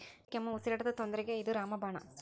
ನೆಗಡಿ, ಕೆಮ್ಮು, ಉಸಿರಾಟದ ತೊಂದ್ರಿಗೆ ಇದ ರಾಮ ಬಾಣ